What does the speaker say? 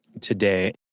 today